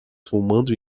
fumando